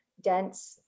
dense